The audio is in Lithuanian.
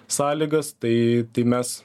sąlygas tai tai mes